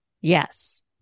yes